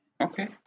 Okay